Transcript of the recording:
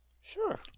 Sure